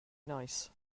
nice